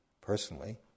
personally